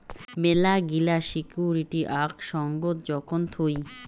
মেলাগিলা সিকুইরিটি আক সঙ্গত যখন থুই